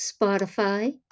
Spotify